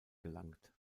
gelangt